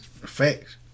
facts